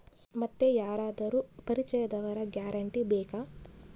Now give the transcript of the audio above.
ಮತ್ತೆ ಯಾರಾದರೂ ಪರಿಚಯದವರ ಗ್ಯಾರಂಟಿ ಬೇಕಾ?